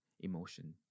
emotion